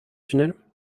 tunnel